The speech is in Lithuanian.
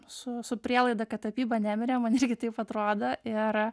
su su prielaida kad tapyba nemirė man irgi taip atrodo ir